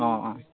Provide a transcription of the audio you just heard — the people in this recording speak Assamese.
অঁ অঁ